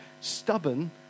stubborn